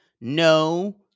No